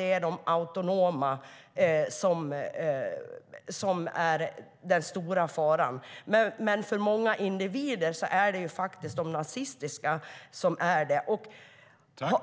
Det är de autonoma som är den stora faran. Men för många individer är det de nazistiska som är det. Har